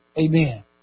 Amen